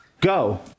Go